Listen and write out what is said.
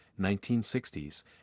1960s